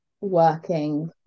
working